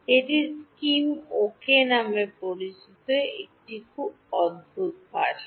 এটি স্কিম ওকে নামে পরিচিত একটি খুব অদ্ভুত ভাষা